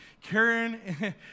Karen